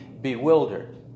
bewildered